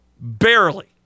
Barely